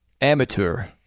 amateur